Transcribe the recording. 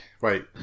wait